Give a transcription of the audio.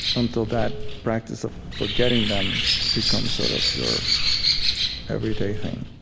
until that practice of forgetting them becomes sort of your everyday thing.